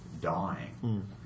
dying